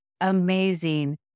amazing